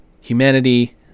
humanity